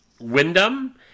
Wyndham